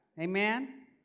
Amen